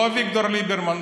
לא אביגדור ליברמן,